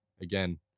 again